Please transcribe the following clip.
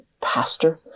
pastor